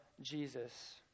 Jesus